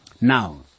Now